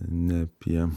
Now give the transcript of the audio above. ne apie